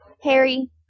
Harry